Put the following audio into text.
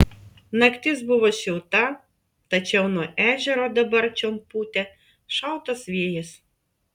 naktis buvo šilta tačiau nuo ežero dabar čion pūtė šaltas vėjas